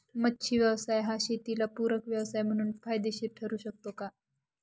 मच्छी व्यवसाय हा शेताला पूरक व्यवसाय म्हणून फायदेशीर ठरु शकतो का?